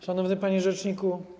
Szanowny Panie Rzeczniku!